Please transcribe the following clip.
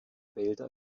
wälder